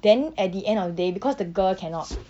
then at the end of the day because the girl cannot